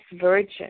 virgin